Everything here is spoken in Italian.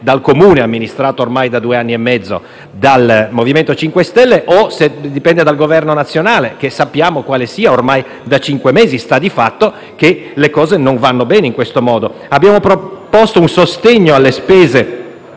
dal Comune, amministrato ormai da due anni e mezzo dal MoVimento 5 Stelle, o dal Governo nazionale, che sappiamo qual è ormai da cinque mesi. Sta di fatto che le cose non vanno bene in questo modo. Abbiamo proposto un sostegno alle spese